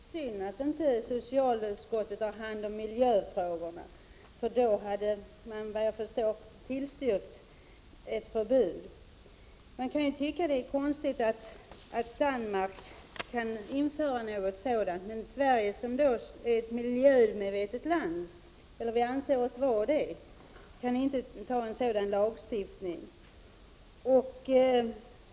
Herr talman! Det är synd att inte socialutskottet har hand om miljöfrågorna. Då hade man såvitt jag förstår tillstyrkt ett förbud. Man kan tycka att det är konstigt att Danmark kan införa ett förbud medan Sverige — som vi anser vara ett miljömedvetet land — inte kan införa en sådan lagstiftning.